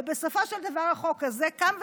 ובסופו של דבר החוק הזה קם ונהיה.